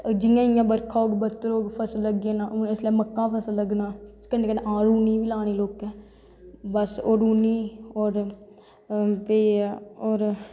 जियां जियां बरखा होग बत्तर होग फसल लग्गी जाना इसलै मक्कां दा फसल लग्गनां कन्नैं कन्नैं रूनी लानी लोकैं ओह् रूनी और फ्ही ओह्